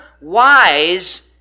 wise